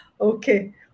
Okay